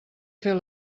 fer